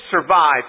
survive